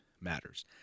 matters